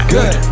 Good